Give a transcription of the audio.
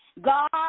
God